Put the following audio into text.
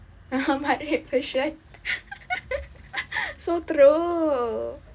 ah ha matrep version so troll